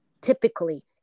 typically